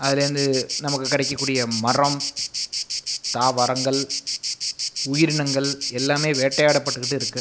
அதுலேருந்து நமக்கு கிடைக்கக்கூடிய மரம் தாவரங்கள் உயிரினங்கள் எல்லாமே வேட்டையாடப்பட்டுக்கிட்டு இருக்கு